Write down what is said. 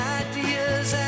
ideas